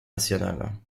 nationale